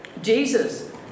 Jesus